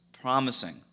promising